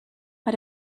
war